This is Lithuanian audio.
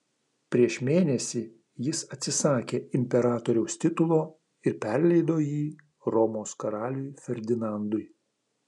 prieš mėnesį jis atsisakė imperatoriaus titulo ir perleido jį romos karaliui ferdinandui